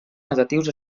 negatius